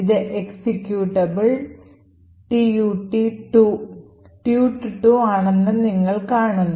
ഇത് executable tut2 ആണെന്ന് നിങ്ങൾ കാണുന്നു